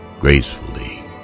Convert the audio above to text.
gracefully